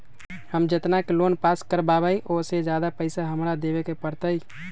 हम जितना के लोन पास कर बाबई ओ से ज्यादा पैसा हमरा देवे के पड़तई?